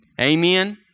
Amen